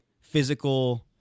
physical